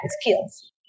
skills